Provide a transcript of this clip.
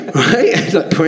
right